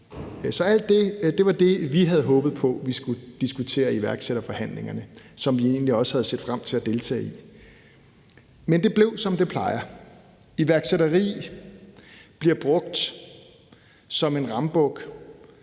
Så alt det var det, vi havde håbet på at vi skulle diskutere i iværksætterforhandlingerne, som vi egentlig også havde set frem til at deltage i.Men det blev, som det plejer. Iværksætteri bliver brugt som en rambuk